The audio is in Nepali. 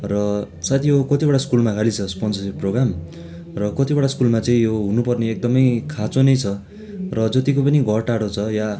र साथी हो कतिवटा स्कुलमा खालि छ स्पोन्सरसिप प्रोगम र कतिवटा स्कुलमा चाहिँ यो हुनुपर्ने यो एकदमै खाँचो नै छ र जतिको पनि घर टाढो छ या